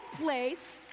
place